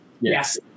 Yes